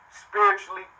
spiritually